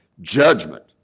judgment